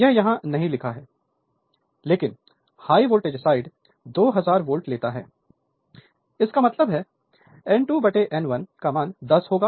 यह यहां नहीं लिखा हैलेकिन हाई वोल्टेज साइड 2000 वोल्ट लेता है इसका मतलब है N2 N1 10 होगा